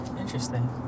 Interesting